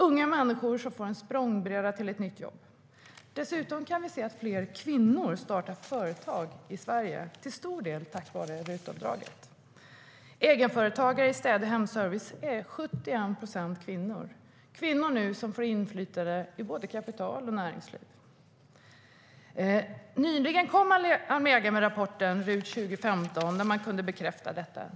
Unga människor får en språngbräda till ett nytt jobb., där man kunde bekräfta detta.